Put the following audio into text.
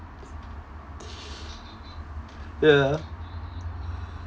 ya